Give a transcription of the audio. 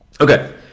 okay